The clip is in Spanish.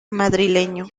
madrileño